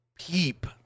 peep